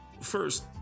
First